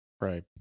right